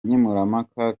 nkemurampaka